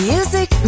Music